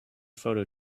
photo